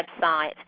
website